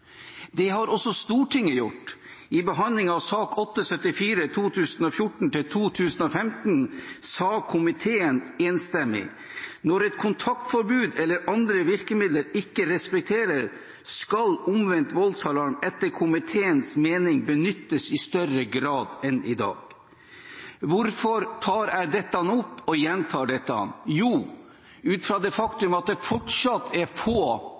Det har også Stortinget gjort. I behandlingen av Dokument 8:74 for 2014–2015 sa komiteens flertall: «Når et kontaktforbud eller andre virkemidler ikke respekteres, skal omvendt voldsalarm etter flertallets mening benyttes i større grad enn i dag.» Hvorfor tar jeg dette opp og gjentar dette? Jo, ut fra det faktum at det fortsatt er få